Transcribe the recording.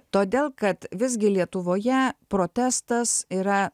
todėl kad visgi lietuvoje protestas yra